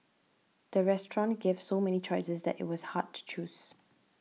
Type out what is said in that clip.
the restaurant gave so many choices that it was hard to choose